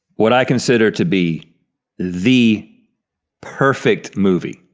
what i consider to be the perfect movie.